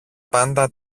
πάντα